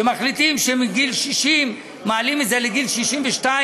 שמחליטים שמגיל 60 מעלים את זה לגיל 62,